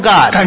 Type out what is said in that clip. God